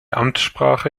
amtssprache